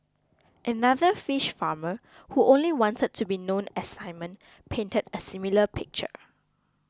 another fish farmer who only wanted to be known as Simon painted a similar picture